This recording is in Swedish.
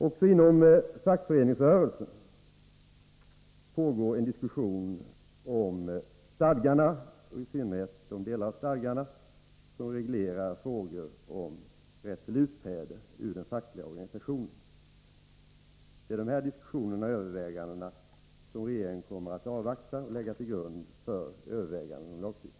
Också inom fackföreningsrörelsen pågår en diskussion om stadgarna, i synnerhet om de delar av stadgarna som reglerar frågor om rätt till utträde ur den fackliga organisationen. De här diskussionerna kommer regeringen att följa och lägga till grund för övervägandena om lagstiftning.